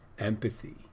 Empathy